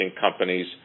companies